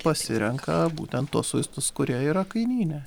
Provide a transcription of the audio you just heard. pasirenka būtent tuos vaistus kurie yra kainyne